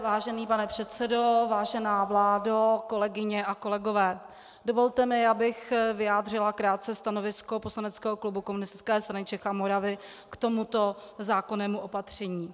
Vážený pane předsedo, vážená vládo, kolegyně a kolegové, dovolte mi, abych vyjádřila krátce stanovisko poslaneckého klubu Komunistické strany Čech a Moravy k tomuto zákonnému opatření.